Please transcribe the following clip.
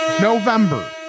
november